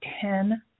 ten